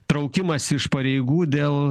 traukimąsi iš pareigų dėl